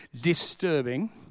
disturbing